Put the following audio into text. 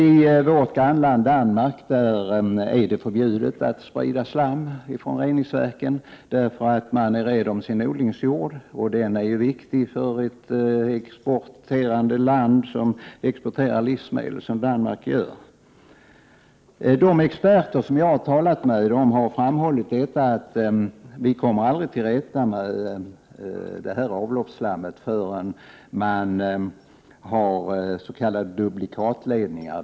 I vårt grannland Danmark är det förbjudet att sprida slam från reningsverken — man är rädd om sin odlingsjord; den är viktig för ett land som exporterar livsmedel, som Danmark gör. De experter som jag har talat med har framhållit att vi aldrig kommer till rätta med avloppsslammet förrän vi har s.k. duplikatorledningar.